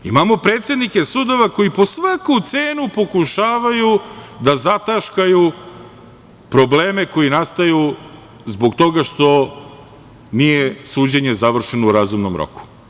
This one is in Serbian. Imamo predsednike sudova koji po svaku cenu pokušavaju da zataškaju probleme koji nastaju zbog toga što nije suđenje završeno u razumnom roku.